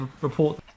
report